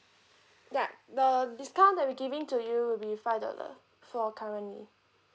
yeah the discount that we giving to you will be five dollar for currently